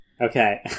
Okay